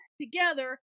together